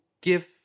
give